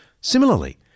Similarly